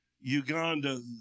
Uganda